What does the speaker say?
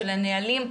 של הנהלים,